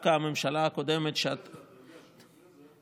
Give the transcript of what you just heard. דווקא הממשלה הקודמת, אבל אתה יודע,